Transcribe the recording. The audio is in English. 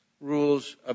Rules